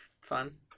fun